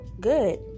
good